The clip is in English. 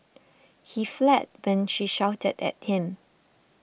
he fled when she shouted at him